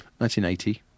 1980